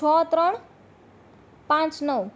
છ ત્રણ પાંચ નવ